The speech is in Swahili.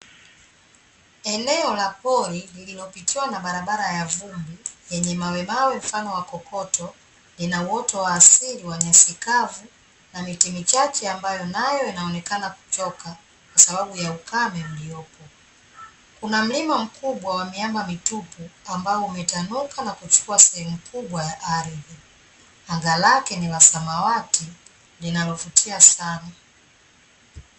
Eneo la pori lililopitiwa na barabara ya vumbi, yenye mawe mawe mfano wa kokoto, ina uoto wa asili wa nyasi kavu, na miti michache ambayo nayo inaonekana kuchoka, kwa sababu ya ukame uliopo. Kuna mlima mkubwa wa miamba mitupu, ambao umetanuka na kuchukua sehemu kubwa ya ardhi. Anga lake ni la samawati linalovutia sana.